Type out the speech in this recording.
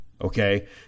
okay